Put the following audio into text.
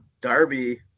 Darby